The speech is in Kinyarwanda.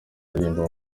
uririmba